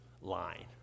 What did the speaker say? line